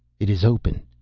it is open,